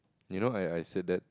you know I I say that